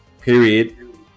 Period